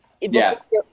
yes